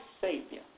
Savior